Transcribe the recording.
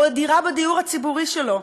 או דירה בדיור הציבורי שלו.